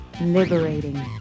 liberating